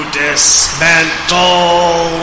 dismantle